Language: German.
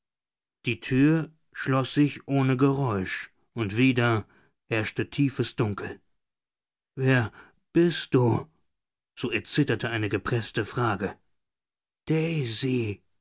die tür schloß sich ohne geräusch und wieder herrschte tiefes dunkel wer bist du so erzitterte eine gepreßte frage